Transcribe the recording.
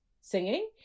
singing